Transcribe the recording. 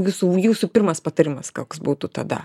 visų jūsų pirmas patarimas koks būtų tada